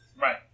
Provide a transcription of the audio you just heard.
right